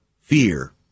fear